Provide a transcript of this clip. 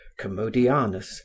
commodianus